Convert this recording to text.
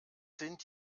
sind